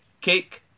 cake